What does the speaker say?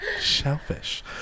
shellfish